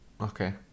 okay